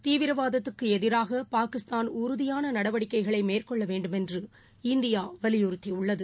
தீவிரவாதத்துக்குஎதிராகபாகிஸ்தான் உறுதியானநடவடிக்கைளைமேற்கொள்ளவேண்டுமென்று இந்தியாவலியுறுத்தியுள்ளது